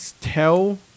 tell